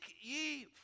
ye